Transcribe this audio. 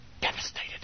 devastated